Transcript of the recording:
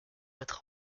être